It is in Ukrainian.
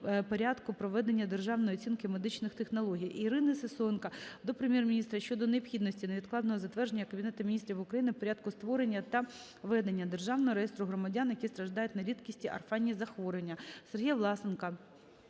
Порядку проведення державної оцінки медичних технологій. Ірини Сисоєнко до Прем'єр-міністра щодо необхідності невідкладного затвердження Кабінетом Міністрів України Порядку створення та ведення державного реєстру громадян, які страждають на рідкісні (орфанні) захворювання.